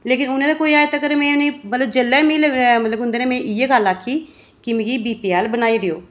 लेकिन उ'नें ते कोई अज्ज तक्कर में उ'नें ई मतलब जेल्लै गै में मतलब मी उं'दे नै में इ'यै गल्ल आखी कि मिगी बीपीऐल्ल बनाई देओ